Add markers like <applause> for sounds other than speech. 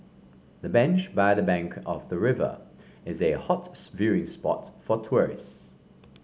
the bench by the bank of the river is a hot <unintelligible> viewing spot for tourist